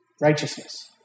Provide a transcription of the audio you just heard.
Righteousness